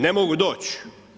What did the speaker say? Ne mogu doći.